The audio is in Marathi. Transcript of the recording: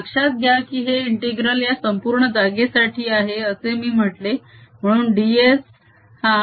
लक्षात घ्या की हे इंटीग्रल या संपूर्ण जागेसाठी आहे असे मी म्हटले म्हणून ds हा